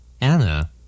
Anna